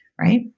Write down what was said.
right